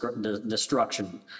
destruction